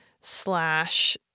slash